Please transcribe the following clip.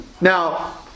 Now